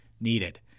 needed